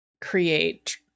create